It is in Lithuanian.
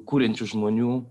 kuriančių žmonių